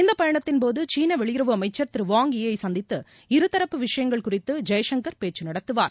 இந்த பயணத்தின்போது சீன வெளியுறவு அமைச்சர் திரு வாங் யீ ஐ சந்தித்து இருதரப்பு விஷயங்கள் குறித்து ஜெய்சங்கர் பேச்சு நடத்துவார்